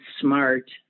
smart